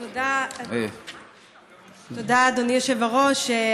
תודה, אדוני היושב-ראש.